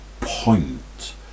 point